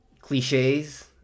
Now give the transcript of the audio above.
cliches